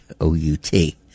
O-U-T